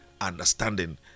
understanding